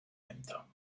ämter